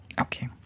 Okay